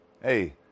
hey